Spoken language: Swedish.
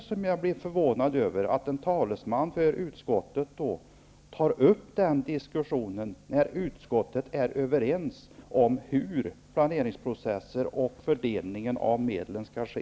Vad jag är förvånad över är just att en talesman för utskottet tar upp den diskussionen när vi i utskottet är överens om planeringsprocessen, om hur fördelningen av medlen skall ske.